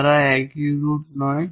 তারা একই রুট নয়